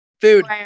Food